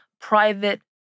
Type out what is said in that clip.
private